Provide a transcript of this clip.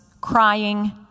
crying